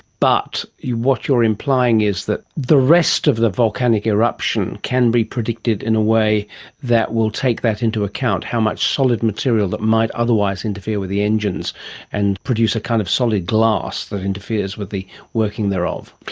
but what you're implying is that the rest of the volcanic eruption can be predicted in a way that will take that into account, how much solid material that might otherwise interfere with the engines and produce a kind of solid glass that interferes with the working thereof.